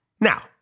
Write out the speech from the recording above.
Now